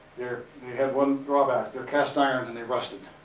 they're, they had one drawback, they're cast iron and they rusted.